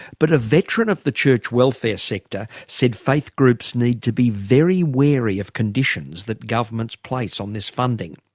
but a veteran of the church welfare sector said faith groups need to be very wary of conditions that governments place on this funding.